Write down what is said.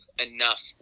enough